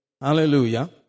Hallelujah